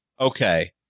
okay